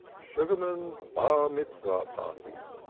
sugarman's bar-mitzvah party.